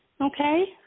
Okay